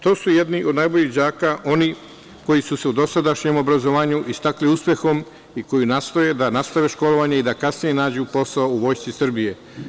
To su jedni od najbolji đaka, oni koji su se u dosadašnjem obrazovanju istakli uspehom i koji nastoje da nastave školovanje i da kasnije nađu posao u Vojsci Srbije.